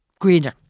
greener